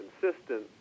consistent